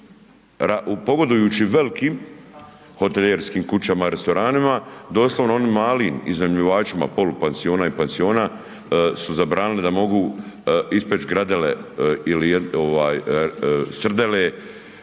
pogodujući velikim hotelijerskim kućama, restoranima, doslovno onim malim iznajmljivačima polupansiona i pansiona su zabranili da mogu ispeći gradele ili srdele